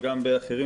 וגם באחרים.